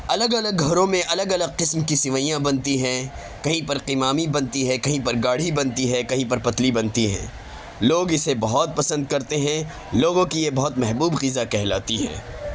الگ الگ گھروں میں الگ الگ قسم کی سیوئیاں بنتی ہیں کہیں پر قیوامی بنتی ہے کہیں پر گاڑھی بنتی ہے کہیں پر پتلی بنتی ہیں لوگ اسے بہت پسند کرتے ہیں لوگوں کی یہ بہت محبوب غذا کہلاتی ہے